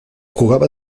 jugaba